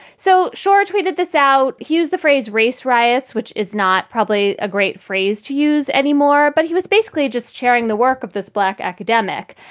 so shaw tweeted this out. he used the phrase race riots, which is not probably a great phrase to use anymore, but he was basically just sharing the work of this black academic.